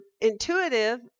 intuitive